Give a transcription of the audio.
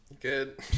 Good